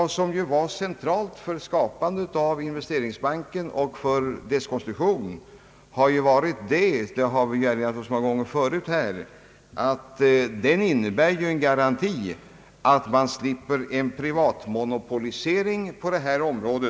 Det centrala vid skapandet av Investeringsbanken och vid dess konstruktion har ju varit — som jag tidigare erinrat om — att den innebär en garanti för att man skall slippa en privatmonopolisering på detta område.